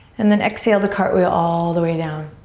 and then exhale to cartwheel all the way down.